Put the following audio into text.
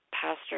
Pastor